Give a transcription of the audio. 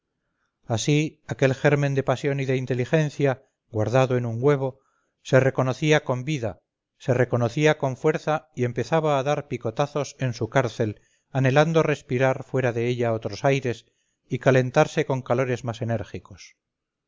así aquel germen de pasión y de inteligencia guardado en un huevo se reconocía con vida se reconocía con fuerza y empezaba a dar picotazos en su cárcel anhelando respirar fuera de ella otros aires y calentarse con calores más enérgicos